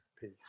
peace